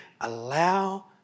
allow